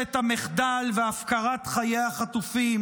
ולממשלת המחדל והפקרת חיי החטופים,